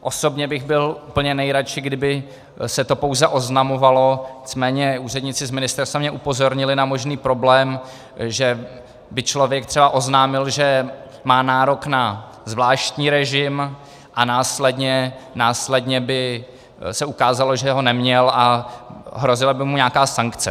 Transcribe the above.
Osobně bych byl úplně nejradši, kdyby se to pouze oznamovalo, nicméně úředníci z ministerstva mě upozornili na možný problém, že by člověk třeba oznámil, že má nárok na zvláštní režim, a následně by se ukázalo, že ho neměl, a hrozila by mu nějaká sankce.